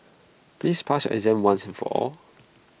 please pass your exam once and for all